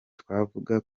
twavuga